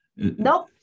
Nope